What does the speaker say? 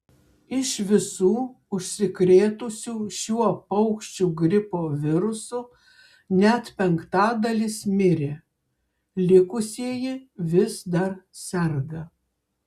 iš visų užsikrėtusių šiuo paukščių gripo virusu net penktadalis mirė likusieji vis dar serga